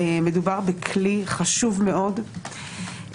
מדובר בכלי חשוב מאוד,